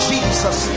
Jesus